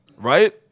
right